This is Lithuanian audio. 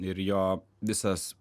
ir jo visas